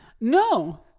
No